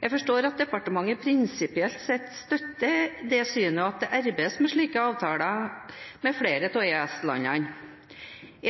Jeg forstår at departementet prinsipielt sett støtter dette synet, og at det arbeides med slike avtaler med flere av EØS-landene.